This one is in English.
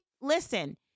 listen